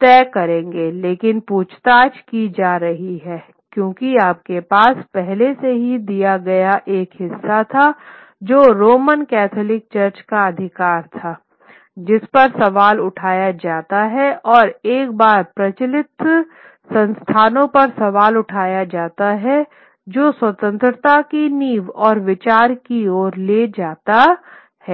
तय करेंगे लेकिन पूछताछ की जा रही है क्योंकि आपके पास पहले से ही दिया गया एक हिस्सा था जो रोमन कैथोलिक चर्च का अधिकार था जिस पर सवाल उठाया जाता है और एक बार प्रचलित संस्थानों पर सवाल उठाया जाता है जो स्वतंत्रता की नींव और विचार की ओर ले जाता हैं